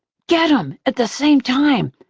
get em! at the same time,